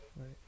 Right